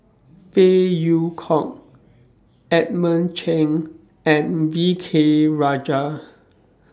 Phey Yew Kok Edmund Cheng and V K Rajah